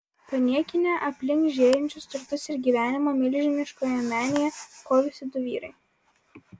paniekinę aplink žėrinčius turtus ir gyvenimą milžiniškoje menėje kovėsi du vyrai